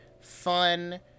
fun